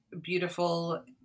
beautiful